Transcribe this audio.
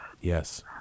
Yes